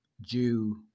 Jew